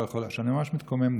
ואני ממש מתקומם נגדה.